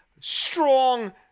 strong